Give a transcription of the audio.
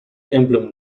emblem